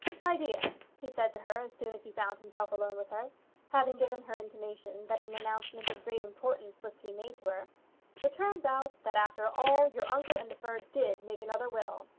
my dear, he said to her as soon as he found himself alone with her having given her intimation that an announcement of great importance was to be made to her it turns out that after all your uncle indefer did make another will.